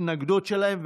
ההתנגדות שלהם,